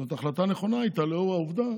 זאת הייתה החלטה נכונה לאור העובדה